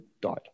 died